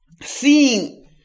Seeing